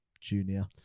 junior